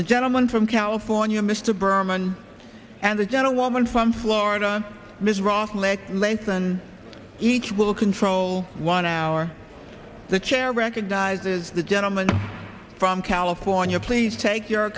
the gentleman from california mr berman and the gentlewoman from florida ms ross legg mason each will control one hour of the chair recognizes the gentleman from california please take your